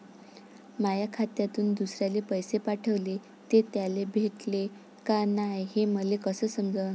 माया खात्यातून दुसऱ्याले पैसे पाठवले, ते त्याले भेटले का नाय हे मले कस समजन?